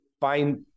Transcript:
find